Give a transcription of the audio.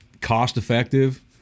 cost-effective